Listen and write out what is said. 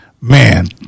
man